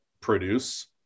produce